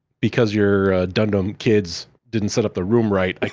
because your dumb-dumb kids didn't set up the room right, like